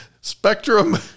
spectrum